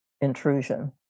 intrusion